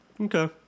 Okay